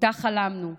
שאותה חלמנו,